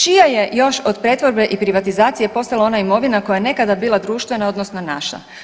Čija je još od pretvorbe i privatizacije postala ona imovina koja je nekada bila društvena odnosno naša?